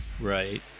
right